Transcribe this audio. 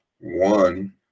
One